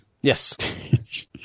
yes